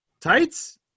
Tights